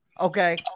Okay